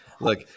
Look